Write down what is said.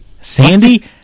Sandy